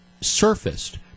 surfaced